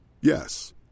Yes